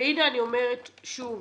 והנה, אני אומרת שוב,